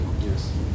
yes